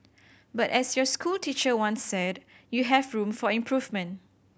but as your school teacher once said you have room for improvement